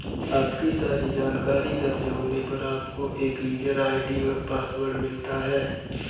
आपकी सारी जानकारी दर्ज होने पर, आपको एक यूजर आई.डी और पासवर्ड मिलता है